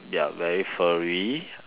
they are very furry